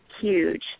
huge